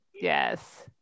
yes